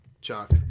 Chuck